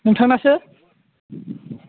नोंथांनासो